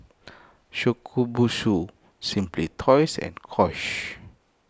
Shokubutsu Simply Toys and Kose